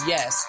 Yes